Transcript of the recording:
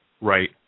Right